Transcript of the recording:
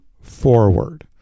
forward